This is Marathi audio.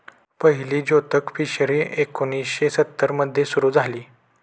पहिली जोतक फिशरी एकोणीशे सत्तर मध्ये सुरू झाली